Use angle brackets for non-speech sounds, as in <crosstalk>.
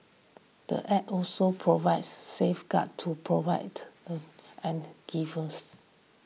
the Act also provides safeguards to provide <hesitation> and givers